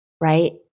right